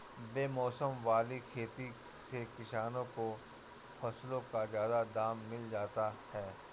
बेमौसम वाली खेती से किसानों को फसलों का ज्यादा दाम मिल जाता है